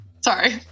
Sorry